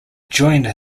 joined